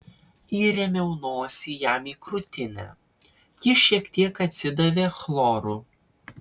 įrėmiau nosį jam į krūtinę ji šiek tiek atsidavė chloru